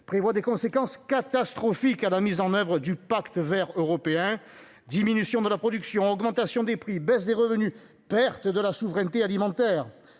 prévoit des conséquences catastrophiques à la mise en oeuvre du Pacte vert européen : diminution de la production, augmentation des prix, baisse des revenus, perte de la souveraineté alimentaire.